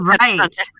Right